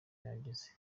yageze